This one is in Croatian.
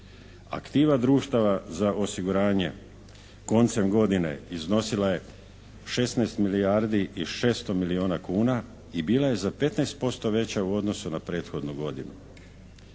Aktiva društava za osiguranje koncem godine iznosila je 16 milijardi i 600 milijuna kuna i bila je za 15% veća u odnosu na prethodnu godinu.